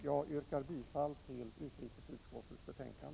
Jag yrkar bifall till utrikesutskottets hemställan.